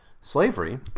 Slavery